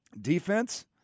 defense